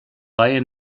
reihe